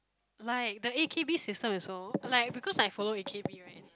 like the a_k_b system is so like because I follow a_k_b right